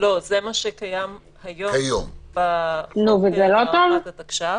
לא, זה מה שקיים היום בחוק הארכת התקש"ח.